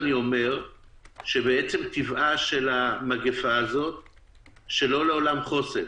אני אומר שעצם טבעה של המגיפה הזאת הוא שלא לעולם חוסן.